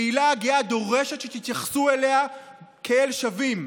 הקהילה הגאה דורשת שתתייחסו אליה כאל שווים.